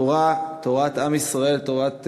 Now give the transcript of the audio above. התורה, תורת עם ישראל, תורת